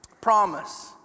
promise